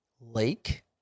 Lake